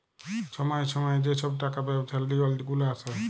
ছময়ে ছময়ে যে ছব টাকা ব্যবছার লিওল গুলা আসে